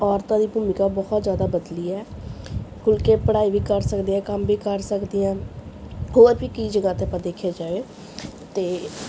ਔਰਤਾਂ ਦੀ ਭੂਮਿਕਾ ਬਹੁਤ ਜ਼ਿਆਦਾ ਬਦਲੀ ਹੈ ਖੁੱਲ੍ਹ ਕੇ ਪੜ੍ਹਾਈ ਵੀ ਕਰ ਸਕਦੀ ਹੈ ਕੰਮ ਵੀ ਕਰ ਸਕਦੀ ਹੈ ਹੋਰ ਵੀ ਕਈ ਜਗ੍ਹਾ 'ਤੇ ਆਪਾਂ ਦੇਖਿਆ ਜਾਵੇ ਤਾਂ